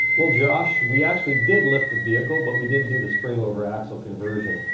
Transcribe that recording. well josh, we actually did lift the vehicle but we didn't do the spring over axle conversion,